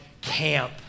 camp